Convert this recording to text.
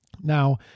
Now